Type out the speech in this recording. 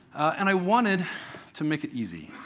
and i wanted to make it easy,